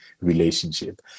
relationship